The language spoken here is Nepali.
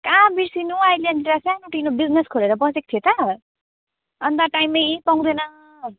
कहाँ बिर्सिनु अहिले अन्त सानोतिनो बिजनेस खोलेर बसेको थिएँ त अन्त टाइमै पाउँदैन